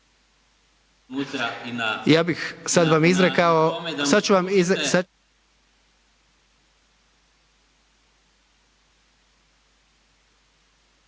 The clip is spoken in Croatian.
Ja bih sad vam izrekao